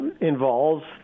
involves